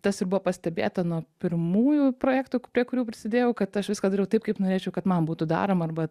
tas ir buvo pastebėta nuo pirmųjų projektų prie kurių prisidėjau kad aš viską dariau taip kaip norėčiau kad man būtų daroma arba